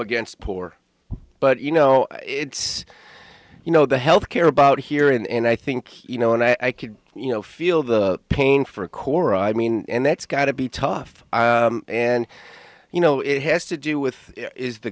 against poor but you know it's you know the health care about here in i think you know and i could you know feel the pain for a core i mean and that's got to be tough and you know it has to do with